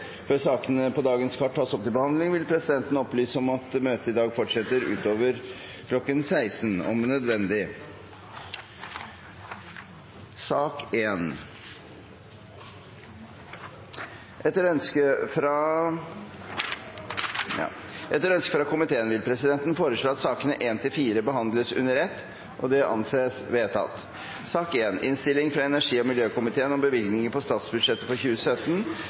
Før sakene på dagens kart tas opp til behandling, vil presidenten opplyse om at møtet i dag om nødvendig fortsetter utover kl. 16. Etter ønske fra energi- og miljøkomiteen vil presidenten foreslå at sakene 1–4 behandles under ett. – Det anses vedtatt Etter ønske fra energi- og miljøkomiteen